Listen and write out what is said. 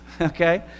okay